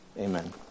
Amen